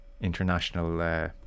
international